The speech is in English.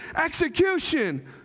execution